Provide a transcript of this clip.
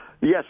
Yes